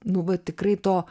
nu va tikrai to